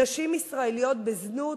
נשים ישראליות בזנות.